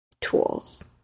tools